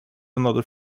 another